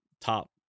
top